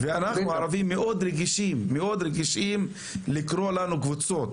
ואנחנו, הערבים, מאוד רגישים מלהיקרא כקבוצות.